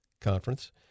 conference